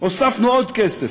הוספנו עוד כסף.